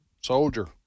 soldier